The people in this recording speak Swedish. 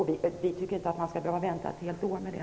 Jag tycker inte att vi skall behöva vänta ett helt år med det.